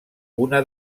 una